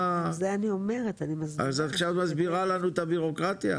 אז עכשיו את מסבירה לנו את הבירוקרטיה?